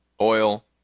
oil